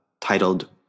titled